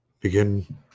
begin